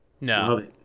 No